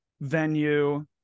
venue